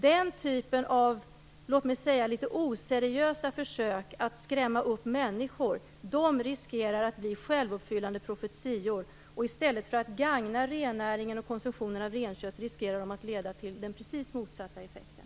Den typen av litet oseriösa försök att skrämma upp människor riskerar att bli självuppfyllande profetior. I stället för att gagna rennäringen riskerar de att leda till precis den motsatta effekten.